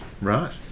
Right